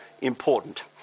important